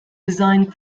designed